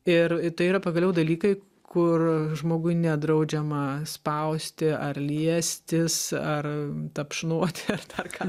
ir tai yra pagaliau dalykai kur žmogui nedraudžiama spausti ar liestis ar tapšnot ar ką